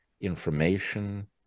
information